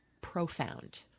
profound